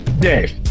Dave